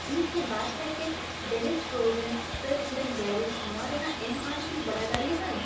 ᱤᱧ ᱠᱤ ᱵᱟᱨ ᱱᱚᱣᱟ ᱨᱮᱭᱟᱜ ᱵᱟᱲᱟᱭ ᱫᱟᱲᱮᱭᱟᱜ ᱟᱹᱧ